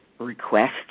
request